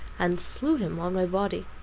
and slew him on my body.